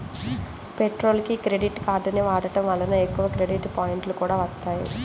పెట్రోల్కి క్రెడిట్ కార్డుని వాడటం వలన ఎక్కువ క్రెడిట్ పాయింట్లు కూడా వత్తాయి